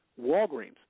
Walgreens